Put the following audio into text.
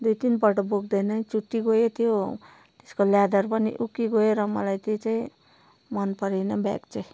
दुई तिनपल्ट बोक्दा नै चुट्टिगयो त्यो त्यसको लेदर पनि उक्किगयो र मलाई त्यो चाहिँ मन परेन ब्याग चाहिँ